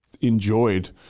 enjoyed